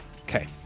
Okay